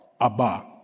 Abba